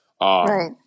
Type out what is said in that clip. Right